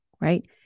right